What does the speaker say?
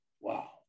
wow